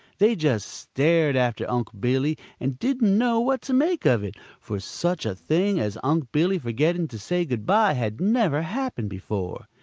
they just stared after unc' billy and didn't know what to make of it, for such a thing as unc' billy forgetting to say good-by had never happened before.